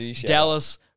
Dallas